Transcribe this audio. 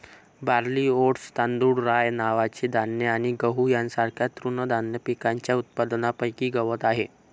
barley, oats, तांदूळ, rye नावाचे धान्य आणि गहू यांसारख्या तृणधान्य पिकांच्या उत्पादनापैकी गवत आहे